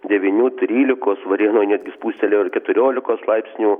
devynių trylikos varėnoj netgi spustelėjo ir keturiolikos laipsnių